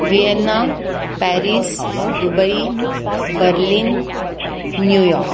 Vienna Paris Dubai Berlin New York